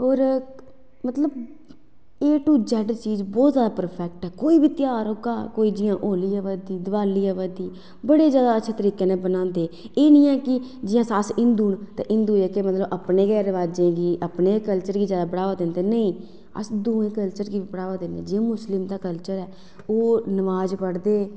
मतलब होर A to Z चीज़ बहोत इफैक्ट कोई बी ध्यार होगा जियां होली आवा दी देआली आवा दी बड़े जादा अच्छे तरीकै कन्नै बनांदे एह् निं ऐ की जियां अस हिंदु न ते अस अपने गै कल्चर गी अपने गै रीति रवाज़ें गी बढ़ावा दिंदे नेईं अस दूऐं कल्चर गी बी बढ़ावा दिन्ने जियां मुस्लिम दा कल्चर ऐ ह् नमाज़ पढ़दे